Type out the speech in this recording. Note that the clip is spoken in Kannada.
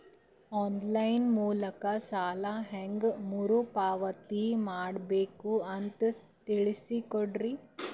ಆನ್ ಲೈನ್ ಮೂಲಕ ಸಾಲ ಹೇಂಗ ಮರುಪಾವತಿ ಮಾಡಬೇಕು ಅಂತ ತಿಳಿಸ ಕೊಡರಿ?